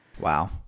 wow